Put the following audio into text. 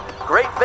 great